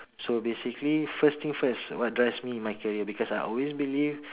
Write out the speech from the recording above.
so basically first things first what drives me in my career because I always believe